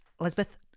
Elizabeth